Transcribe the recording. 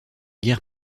guerre